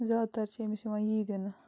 زیادٕ تَر چھِ أمِس یِوان یی دِنہٕ